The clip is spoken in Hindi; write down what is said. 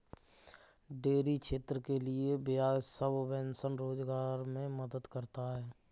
डेयरी क्षेत्र के लिये ब्याज सबवेंशन रोजगार मे मदद करता है